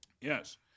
Yes